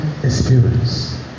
experience